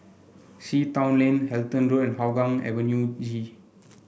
Sea Town Lane Halton Road and Hougang Avenue G